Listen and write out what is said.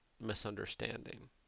misunderstanding